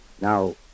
Now